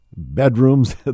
bedrooms